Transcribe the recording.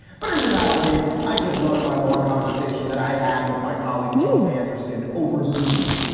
but in reality, i just loved my long conversation that i had with my colleague joel anderson over zoome.